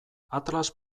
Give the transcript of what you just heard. atlas